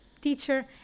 teacher